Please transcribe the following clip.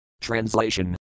Translation